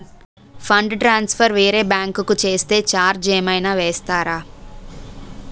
Fund transfer వేరే bank కి చేస్తే ఛార్జ్ ఏమైనా వేస్తారా?